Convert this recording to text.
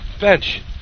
bench